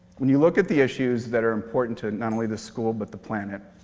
when you look at the issues that are important to not only the school, but the planet,